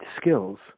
skills